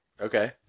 Okay